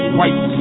white